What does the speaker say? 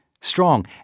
strong